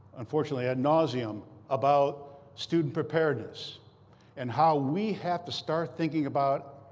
unfortunately, ad nauseam about student preparedness and how we have to start thinking about,